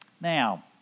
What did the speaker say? Now